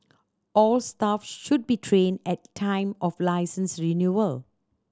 all staff should be trained at time of licence renewal